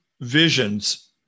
visions